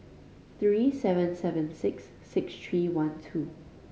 three seven seven six six three one two